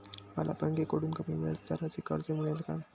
मला बँकेकडून कमी व्याजदराचे कर्ज मिळेल का?